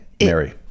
Mary